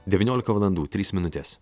devyniolika valandų trys minutės